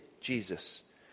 Jesus